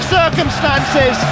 circumstances